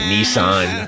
Nissan